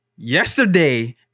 Yesterday